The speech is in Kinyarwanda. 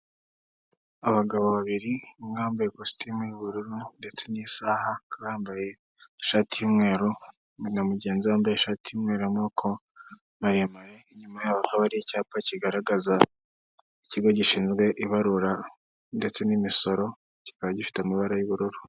Abagabo babiri umwe wambaye kositimu y'ubururu ndetse n'isaha, yambaye ishati y'umweru na mugenzi we wambaye ishati y'amaboko maremare, inyuma yabo hari icyapa kigaragaza ikigo gishinzwe ibarura ndetse n'imisoro, kikaba gifite amabara y'ubururu.